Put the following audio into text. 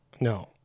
no